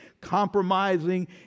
compromising